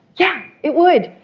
yeah, it would.